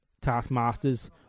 Taskmasters